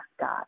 God